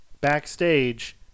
backstage